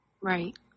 Right